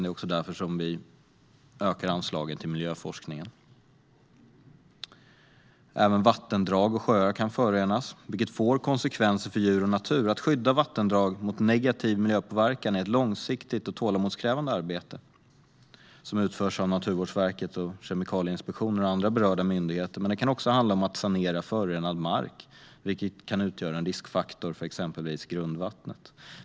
Det är också därför som vi ökar anslaget till miljöforskningen. Även vattendrag och sjöar kan förorenas, vilket får konsekvenser för djur och natur. Att skydda vattendrag mot negativ miljöpåverkan är ett långsiktigt och tålamodskrävande arbete som utförs av Naturvårdsverket, Kemikalieinspektionen och andra berörda myndigheter, men det kan också handla om att sanera förorenad mark som kan utgöra en riskfaktor för exempelvis grundvattnet.